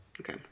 Okay